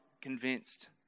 convinced